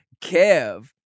kev